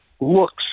looks